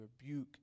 rebuke